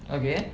okay